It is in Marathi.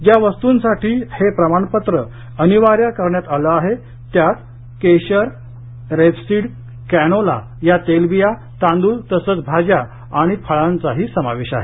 ज्या वस्तूंसाठी हे प्रमाणपत्र अनिवार्य करण्यात आलं आहे त्यात केशर रेपसीड कॅनोला या तेलबिया तांदृळ तसंच भाज्या आणि फळांचाही समावेश आहे